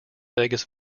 vegas